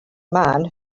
man